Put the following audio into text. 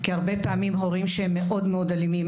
כי הרבה פעמים שהורים שהם מאוד אלימים,